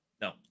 No